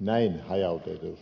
näin hajautetusti